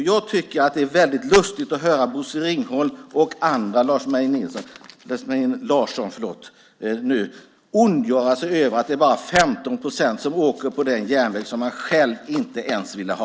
Jag tycker att det är väldigt lustigt att höra Bosse Ringholm och Lars Mejern Larsson ondgöra sig över att det bara är 15 procent som åker på den järnväg som man själv inte ens ville ha!